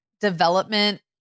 development